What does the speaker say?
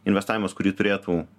investavimas kurį turėtų